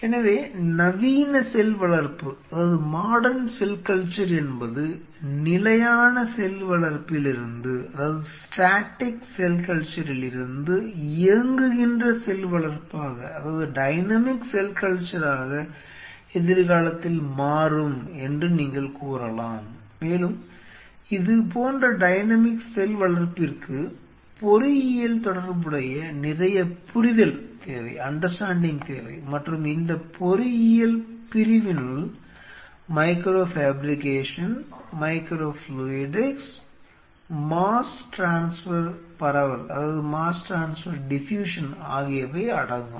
எனவே நவீன செல் வளர்ப்பு என்பது நிலையான செல் வளர்ப்பிலிருந்து இயங்குகின்ற செல் வளர்ப்பாக எதிர்காலத்தில் மாறும் என்று நீங்கள் கூறலாம் மேலும் இது போன்ற டைனமிக் செல் வளர்ப்பிற்கு பொறியியல் தொடர்புடைய நிறைய புரிதல் தேவை மற்றும் இந்த பொறியியல் பிரிவினுள் micro fabrication micro fluidics mass transfer பரவல் ஆகியவை அடங்கும்